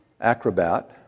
acrobat